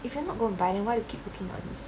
if you're not going to buy why you keep looking at this